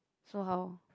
so how